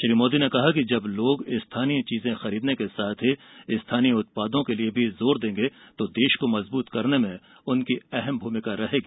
श्री मोदी ने कहा कि जब लोग स्थानीय चीजे खरीदने के साथ ही स्थानीय उत्पादों के लिये भी जोर देंगे तो देश को मजबूत करने में उनकी अहम भूमिका रहेगी